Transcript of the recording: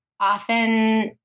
often